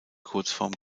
kurzform